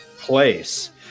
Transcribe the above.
place